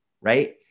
right